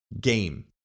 game